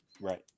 Right